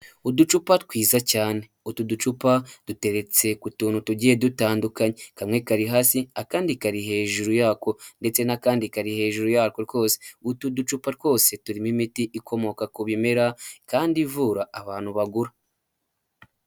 Uducupa twiza cyane utu ducupa duteretse ku tuntu tugiye dutandukanye, kamwe kari hasi akandi kari hejuru yako ndetse n'akandi kari hejuru yako twose, utu ducupa twose turimo imiti ikomoka ku bimera kandi ivura abantu bagura.